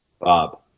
Bob